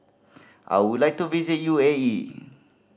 I would like to visit U A E